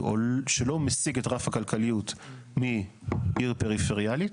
או שלא משיג את רף הכלכליות מעיר פריפריאלית